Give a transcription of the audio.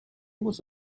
was